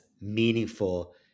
meaningful